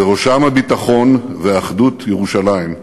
ובראשם הביטחון ואחדות ירושלים,